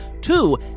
Two